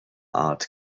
art